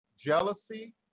jealousy